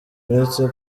uretse